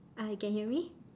uh you can hear me